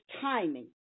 timing